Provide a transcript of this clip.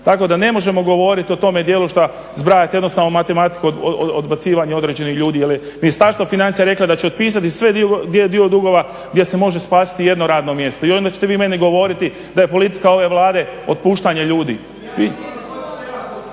Tako da ne možemo govorit o tome dijelu šta zbrajate jednostavno matematiku odbacivanja određenih ljudi jer je Ministarstvo financija reklo da će otpisati sve dio dugova gdje se može spasiti jedno radno mjesto. I onda ćete vi meni govoriti da je politika ove Vlade otpuštanje ljudi.